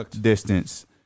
distance